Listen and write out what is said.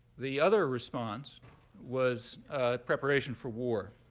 the other response was preparation for war,